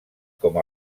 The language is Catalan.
com